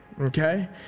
okay